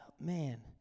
Man